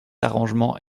arrangement